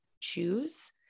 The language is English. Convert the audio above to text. choose